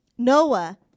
Noah